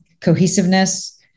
cohesiveness